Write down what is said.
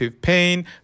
Pain